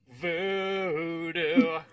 voodoo